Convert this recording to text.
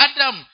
Adam